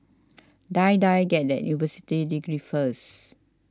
Die Die get that university degree first